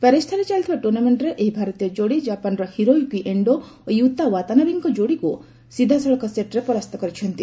ପ୍ୟାରିସ୍ଠାରେ ଚାଲିଥିବା ଟୁର୍ଣ୍ଣାମେଣ୍ଟରେ ଏହି ଭାରତୀୟ ଯୋଡ଼ି କ୍ଷାପାନର ହିରୋୟୁକି ଏଣ୍ଡୋ ଓ ୟୁତା ୱାତାନାବେଙ୍କ ଯୋଡ଼ିକୁ ସିଧାସଳଖ ସେଟ୍ରେ ପରାସ୍ତ କରିଛନ୍ତି